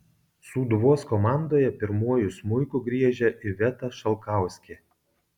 sūduvos komandoje pirmuoju smuiku griežia iveta šalkauskė